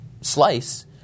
slice